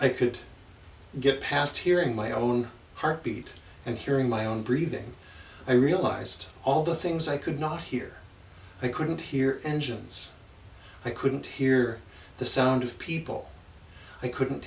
i could get past hearing my own heartbeat and hearing my own breathing i realized all the things i could not hear i couldn't hear engines i couldn't hear the sound of people i couldn't